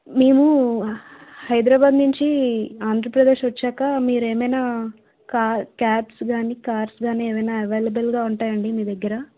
మేము హైదరాబాద్ నుంచి ఆంధ్రప్రదేశ్ వచ్చాక మీరు ఏమైనా కార్స్ క్యాబ్స్ కాని కార్స్ కాని ఏమైనా అవైలబుల్ గా ఉంటాయి అండి మీ దగ్గర